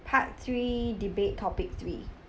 part three debate topic three